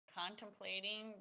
contemplating